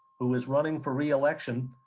who is running for re-election.